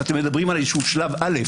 אתם מדברים על שלב א'.